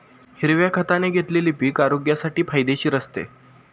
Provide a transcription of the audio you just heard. हिरव्या खताने घेतलेले पीक आरोग्यासाठी फायदेशीर असते